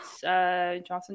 Johnson